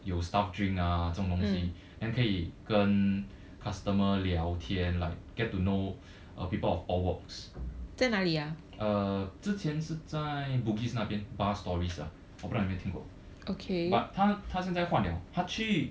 有 staff drink ah 这种东西 then 可以跟 customer 聊天 like get to know uh people of all walks uh 之前是在 bugis 那边 bar stories ah 我不懂你有没有听过 but 他他现在换了他去